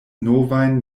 novajn